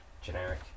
generic